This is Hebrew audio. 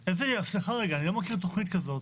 סליחה רגע, אני לא מכיר תוכנית כזאת.